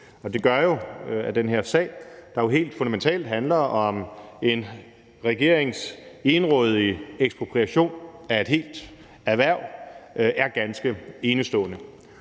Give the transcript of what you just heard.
Det gør jo, at den her sag, der helt fundamentalt handler om en regerings egenrådige ekspropriation af et helt erhverv, er ganske enestående.